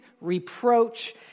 reproach